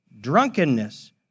drunkenness